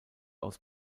aus